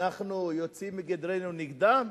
אנחנו יוצאים מגדרנו נגדם?